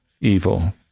evil